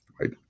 right